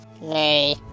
nay